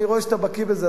אני רואה שאתה בקי בזה,